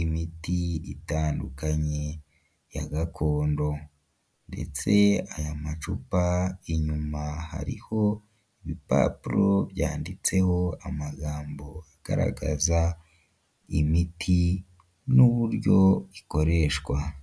imiti itandukanye ya gakondo, ndetse aya macupa inyuma hariho ibipapuro byanditseho amagambo agaragaza imiti n'uburyo ikoreshwa.